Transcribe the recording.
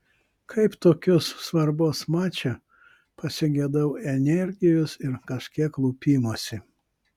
kaip tokios svarbos mače pasigedau energijos ir kažkiek lupimosi